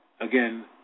again